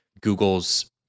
Google's